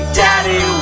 daddy